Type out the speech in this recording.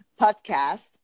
podcast